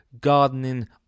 gardening